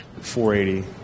480